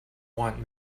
want